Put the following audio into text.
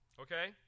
Okay